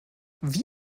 wie